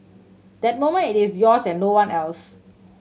that moment it is yours and no one else